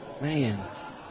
Man